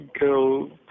go